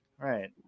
right